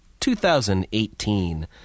2018